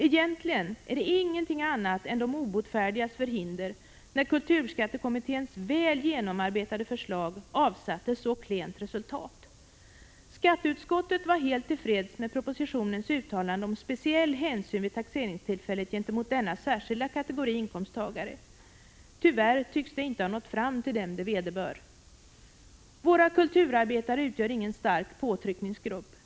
Egentligen är det inte fråga om någonting annat än de obotfärdigas förhinder när kulturskattekommitténs väl genomarbetade förslag avsatte så klent resultat. Skatteutskottet var helt till freds med propositionens uttalande om att det vid taxeringstillfället skulle tas speciell hänsyn till denna särskilda kategori inkomsttagare. Tyvärr tycks detta inte ha nått fram till dem det vederbör. Våra kulturarbetare utgör ingen stark påtryckargrupp.